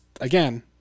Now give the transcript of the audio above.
again